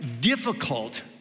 difficult